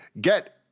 Get